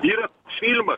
yra filmas